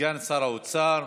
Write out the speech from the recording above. סגן שר האוצר.